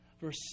verse